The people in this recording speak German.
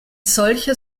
solcher